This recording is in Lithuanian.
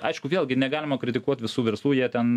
aišku vėlgi negalima kritikuot visų verslų jie ten